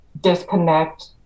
disconnect